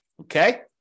Okay